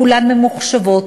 כולן ממוחשבות,